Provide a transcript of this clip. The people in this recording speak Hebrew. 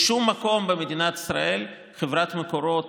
בשום מקום במדינת ישראל חברת מקורות